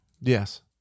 Yes